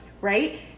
right